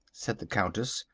said the countess.